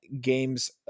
games